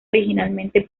originalmente